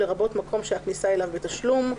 לרבות מקום שהכניסה אליו בתשלום,